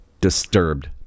disturbed